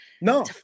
No